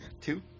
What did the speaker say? Two